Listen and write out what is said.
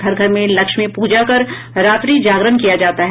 घर घर में लक्ष्मी पूजा कर रात्रि जागरण किया जाता है